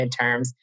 midterms